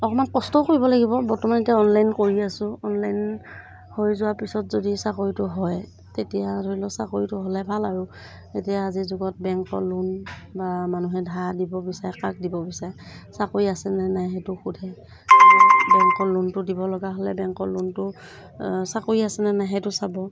অকণমান কষ্টও কৰিব লাগিব বৰ্তমান এতিয়া অনলাইন কৰি আছোঁ অনলাইন হৈ যোৱাৰ পিছত যদি চাকৰিটো হয় তেতিয়া ধৰি ল চাকৰিটো হ'লে ভাল আৰু এতিয়া আজিৰ যুগত বেংকৰ লোন বা মানুহে ধাৰে দিব বিচাৰে কাক দিব বিচাৰে চাকৰি আছে নে নাই সেইটো সোধে বেংকৰ লোনটো দিব লগা হ'লে বেংকৰ লোনটো চাকৰি আছে নে নাই সেইটো চাব